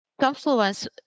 Confluence